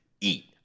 eat